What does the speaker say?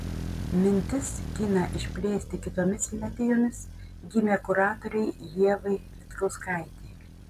mintis kiną išplėsti kitomis medijomis gimė kuratorei ievai vitkauskaitei